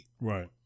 Right